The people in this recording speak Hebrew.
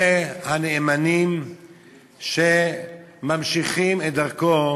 אלה הנאמנים שממשיכים את דרכו